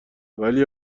ولی